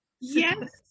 yes